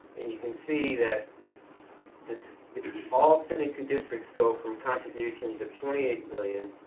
and you can see that this if all seventy two districts go from contributions of twenty eight million,